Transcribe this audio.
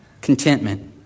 contentment